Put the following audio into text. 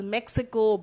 Mexico